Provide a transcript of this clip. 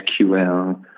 SQL